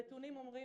הנתונים אומרים,